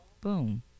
boom